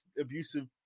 abusive